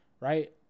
right